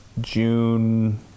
June